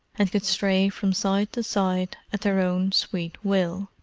and could stray from side to side at their own sweet will.